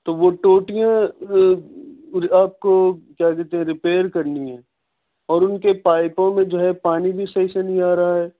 تو وہ ٹوٹیاں آپ کو کیا کہتے ہیں ریپئر کرنی ہے اور ان کے پائپوں میں جو ہے پانی بھی صحیح سے نہیں آ رہا ہے